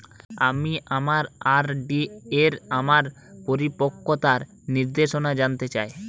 আমি আমার আর.ডি এর আমার পরিপক্কতার নির্দেশনা জানতে চাই